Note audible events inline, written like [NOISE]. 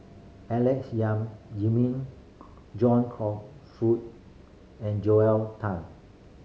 Alex Yam [UNINTELLIGIBLE] John [UNINTELLIGIBLE] and Joel Tan